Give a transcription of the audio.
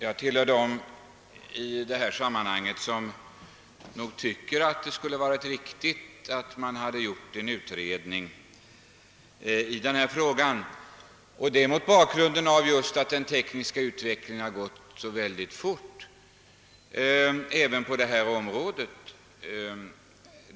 Herr talman! Jag tillhör dem som tycker att det hade varit riktigt att företa en utredning i denna fråga mot bakgrunden av att den tekniska utvecklingen gått så oerhört snabbt även på detta område.